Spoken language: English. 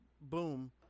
boom